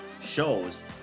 shows